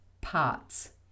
parts